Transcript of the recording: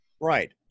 Right